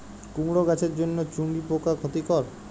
কুমড়ো গাছের জন্য চুঙ্গি পোকা ক্ষতিকর?